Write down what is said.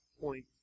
point